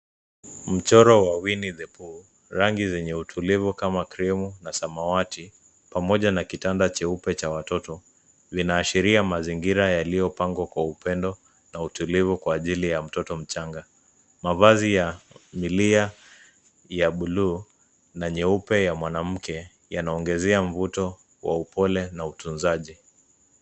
Mchoro wa cs[winne the pooh]cs rangi zenye utulivu kama krimu na samawati, pamoja na kitanda cheupe cha watoto linaashiria mazingira yaliyopangwa kwa upendo na utulivu kwa ajili ya mtoto mchanga. Mavazi ya milia ya buluu na nyeupe ya mwanamke yanaongezea mvuto wa upole na utunzaji.